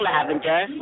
Lavender